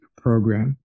program